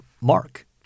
Mark